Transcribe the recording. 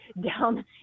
down